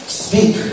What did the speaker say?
speak